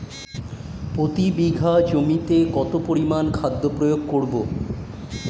প্রতি বিঘা জমিতে কত পরিমান খাদ্য প্রয়োগ করব?